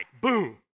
Boom